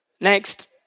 Next